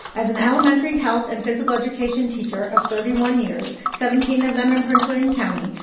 as an elementary health and physical education teacher of thirty one years, seventeen of them in prince william county,